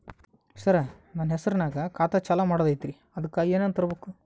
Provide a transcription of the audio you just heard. ಸರ, ನನ್ನ ಹೆಸರ್ನಾಗ ಖಾತಾ ಚಾಲು ಮಾಡದೈತ್ರೀ ಅದಕ ಏನನ ತರಬೇಕ?